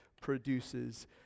produces